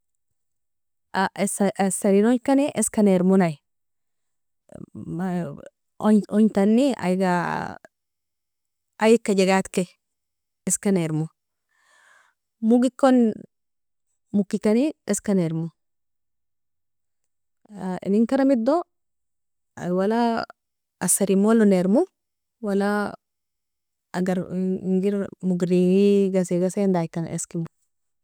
Ay sarin ognkani eska nermon ay. ogntani ayga aika jagadke, eksa nermo, mogikon mokikani eska nermo, inen karamido ay wala asrin mola nermo, wala agar ingir mogrei gasi gasi dakan iskemo.